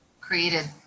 created